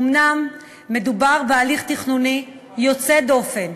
אומנם מדובר בהליך תכנוני יוצא דופן,